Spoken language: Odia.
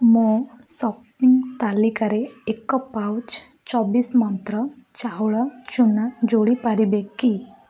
ମୋ ସପିଂ ତାଲିକାରେ ଏକ ପାଉଚ୍ ଚବିଶି ମନ୍ତ୍ର ଚାଉଳ ଚୂନା ଯୋଡ଼ି ପାରିବେ କି